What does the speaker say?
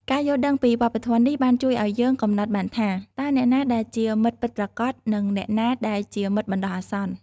ការយល់ដឹងពីវប្បធម៌នេះបានជួយឲ្យយើងកំណត់បានថា តើអ្នកណាដែលជាមិត្តពិតប្រាកដនិងអ្នកណាដែលជាមិត្តបណ្ដោះអាសន្ន។